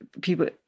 people